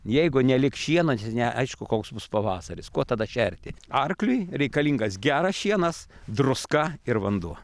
jeigu neliks šieno neaišku koks bus pavasaris kuo tada šerti arkliui reikalingas geras šienas druska ir vanduo